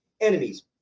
enemies